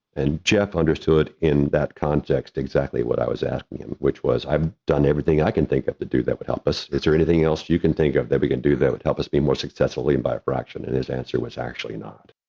and jeff understood in that context exactly what i was asking him, which was i've done everything i can think of to do that would help us. is there anything else you can think of that we can do that would help us be more successful and by a fraction? and his answer was actually not.